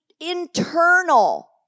internal